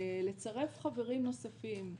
לצרף חברים נוספים,